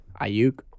Ayuk